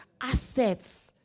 assets